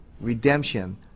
redemption